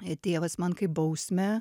i tėvas man kaip bausmę